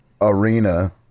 arena